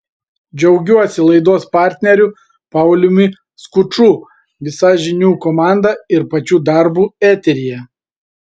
džiaugiuosi laidos partneriu pauliumi skuču visa žinių komanda ir pačiu darbu eteryje